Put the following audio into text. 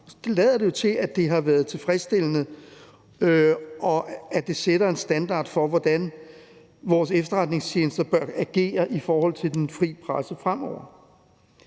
det lader det jo til – at det har været tilfredsstillende, og at det sætter en standard for, hvordan vores efterretningstjenester bør agere i forhold til den fri presse fremover.